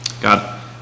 God